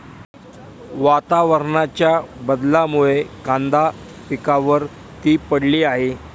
वातावरणाच्या बदलामुळे कांदा पिकावर ती पडली आहे